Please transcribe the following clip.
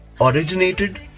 originated